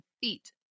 feet